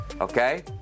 Okay